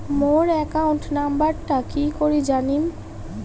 মোর account নাম্বারটা কি করি জানিম?